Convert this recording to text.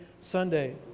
Sunday